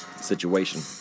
situation